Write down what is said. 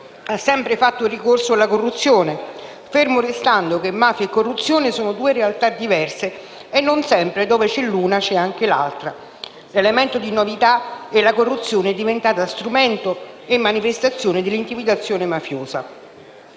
ha sempre fatto ricorso alla corruzione, fermo restando che mafia e corruzione sono due realtà diverse e non sempre dove c'è l'una c'è anche l'altra. L'elemento di novità è che la corruzione è diventata strumento e manifestazione dell'intimidazione mafiosa».